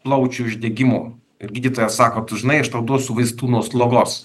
plaučių uždegimu ir gydytojas sako tu žinai aš tau duos vaistų nuo slogos